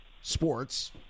sports –